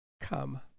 come